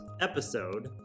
episode